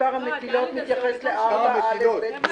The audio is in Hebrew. מספר המטילות מתייחס ל-(4)(א)(ב)(ג).